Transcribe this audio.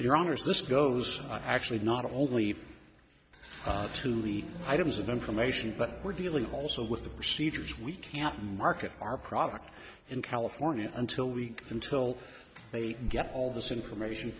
your honor so this goes actually not only to leak items of information but we're dealing also with the procedures we can't market our product in california until week until they get all this information